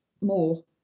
more